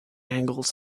angles